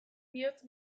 bihotz